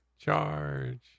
Charge